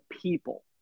people